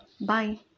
Bye